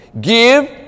give